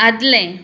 आदलें